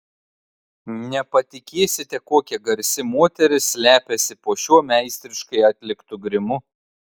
nepatikėsite kokia garsi moteris slepiasi po šiuo meistriškai atliktu grimu